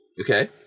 okay